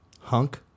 Hunk